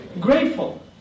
Grateful